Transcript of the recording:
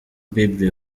bible